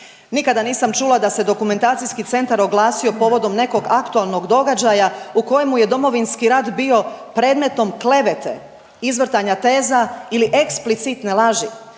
Nikada nisam čula da se Dokumentacijski centar oglasio povodom nekog aktualnog događaja u kojemu je Domovinski rat bio predmetom klevete, izvrtanja teza ili eksplicitne laži,